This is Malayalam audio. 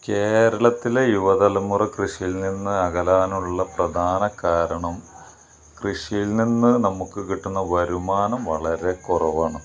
കേരളത്തിലെ യുവതലമുറ കൃഷിയിൽ നിന്ന് അകലാനുള്ള പ്രധാന കാരണം കൃഷിയിൽ നിന്ന് നമുക്ക് കിട്ടുന്ന വരുമാനം വളരെക്കുറവാണ്